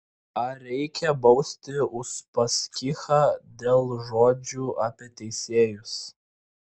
ar reikia bausti uspaskichą dėl žodžių apie teisėjus